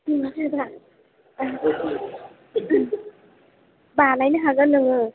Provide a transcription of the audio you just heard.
बानायनो हागोन नोङो